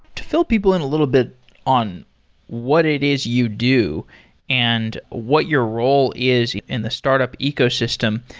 to fill people in a little bit on what it is you do and what your role is in the startup ecosystem,